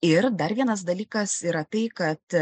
ir dar vienas dalykas yra tai kad